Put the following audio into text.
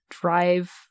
drive